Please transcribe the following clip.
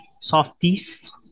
softies